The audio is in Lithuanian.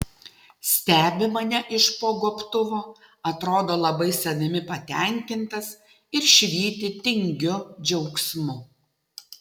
stebi mane iš po gobtuvo atrodo labai savimi patenkintas ir švyti tingiu džiaugsmu